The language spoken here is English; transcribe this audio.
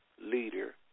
leader